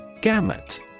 Gamut